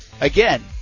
again